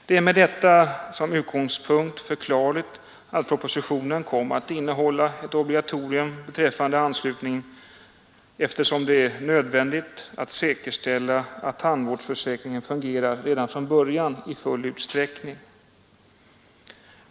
Det är med detta som utgångspunkt förklarligt att propositionen kom att innehålla ett obligatorium beträffande anslutningen, eftersom det är nödvändigt att säkerställa att tandvårdsförsäkringen fungerar redan från början i full utsträckning.